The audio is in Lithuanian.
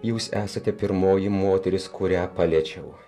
jūs esate pirmoji moteris kurią paliečiau